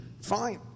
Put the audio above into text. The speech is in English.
Fine